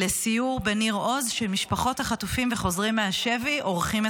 לסיור בניר עוז שמשפחות החטופים וחוזרים מהשבי עורכים,